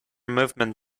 movement